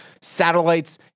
satellites